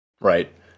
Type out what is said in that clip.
right